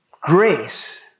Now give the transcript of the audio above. Grace